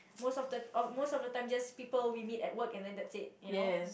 most of the of most of the time just people we meet at work and then that it you know